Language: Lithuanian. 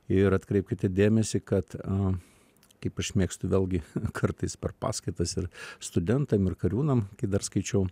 ir atkreipkite dėmesį kad a kaip aš mėgstu vėlgi kartais per paskaitas ir studentam ir kariūnam kai dar skaičiau